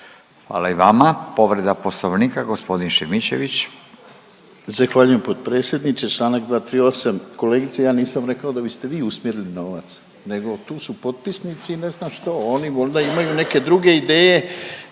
Hvala i vama. Povreda poslovnika g. Šimičević. **Šimičević, Rade (HDZ)** Zahvaljujem potpredsjedniče. Čl. 238. kolegice ja nisam rekao da biste vi usmjerili novac nego tu su potpisnici ne znam što, oni možda imaju neke druge ideje